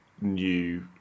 new